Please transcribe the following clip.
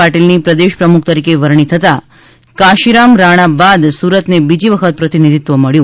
પાટીલની પ્રદેશ પ્રમુખ તરીકે વરણી થતાં કાશીરામ રાણા બાદ સુરતને બીજી વખત પ્રતિનિધિત્વ મબ્યું